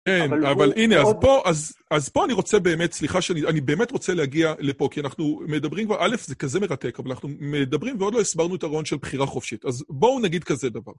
אין, אבל הנה, אז פה אז פה אני רוצה באמת, סליחה, אני באמת רוצה להגיע לפה, כי אנחנו מדברים, וא' זה כזה מרתק, אבל אנחנו מדברים ועוד לא הסברנו את הרעיון של בחירה חופשית. אז בואו נגיד כזה דבר.